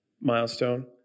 milestone